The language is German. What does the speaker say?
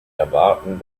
erwarten